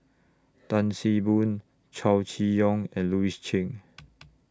Tan See Boo Chow Chee Yong and Louis Chen